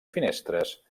finestres